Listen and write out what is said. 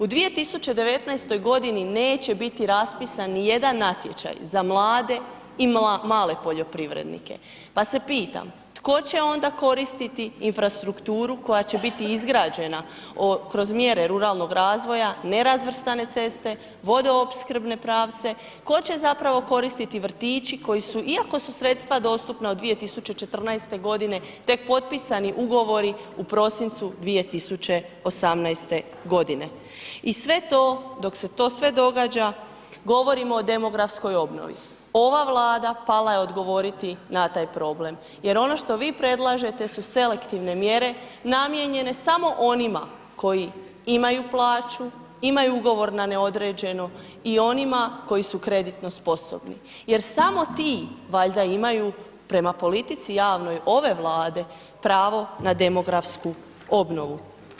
U 2019.g. neće biti raspisan nijedan natječaj za mlade i male poljoprivrednike, pa se pitam, tko će onda koristiti infrastrukturu koja će biti izgrađena kroz mjere ruralnog razvoja, nerazvrstane ceste, vodoopskrbne pravce, tko će zapravo koristiti vrtići koji su iako su sredstva dostupna od 2014.g. tek potpisani ugovori u prosincu 2018.g. i sve to, dok se to sve događa, govorimo o demografskoj obnovi, ova Vlada pala je odgovoriti na taj problem jer ono što vi predlažete su selektivne mjere namijenjene samo onima koji imaju plaću, imaju ugovor na neodređeno i onima koji su kreditno sposobni jer samo ti valjda imaju prema politici javnoj ove Vlade pravo na demografsku obnovu.